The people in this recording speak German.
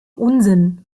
unsinn